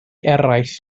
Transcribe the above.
eraill